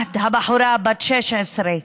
הבחורה בת ה-16,